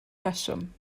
rheswm